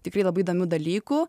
tikrai labai įdomių dalykų